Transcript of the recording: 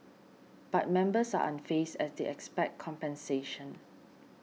but members are unfazed as they expect compensation